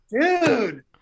dude